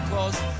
Cause